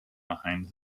behind